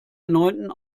erneuten